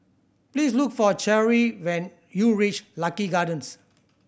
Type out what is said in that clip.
please look for Cherri when you reach Lucky Gardens